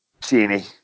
Genie